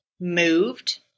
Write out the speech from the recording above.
moved